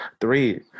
Three